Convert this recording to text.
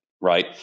right